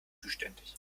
zuständig